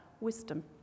wisdom